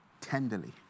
tenderly